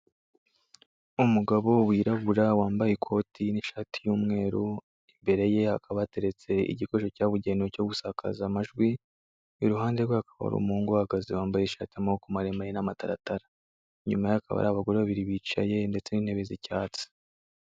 Umugabo wirabura wambaye ikoti n'ishati y'umweru, imbere ye hakaba hateretse igikoresho cyabugenewe cyo gusakaza amajwi, iruhande rwe hakaba hari umuhungu uhahagaze wambaye ishati y'amaboko maremare n'amataratara, inyuma ye hakaba hari abagore babiri bicaye ndetse n'intebe z'icyatsi.